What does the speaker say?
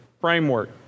framework